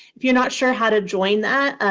if you're not sure how to join that,